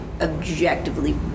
objectively